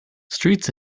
streets